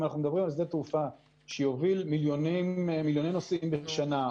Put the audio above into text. אם אנחנו מדברים על שדה תעופה שיוביל מיליוני נוסעים בשנה,